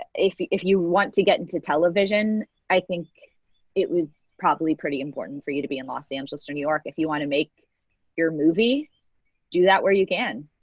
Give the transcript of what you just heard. if you if you want to get into television, i think it was probably pretty important for you to be in los angeles o new york. if you want to make your movie do that where you can.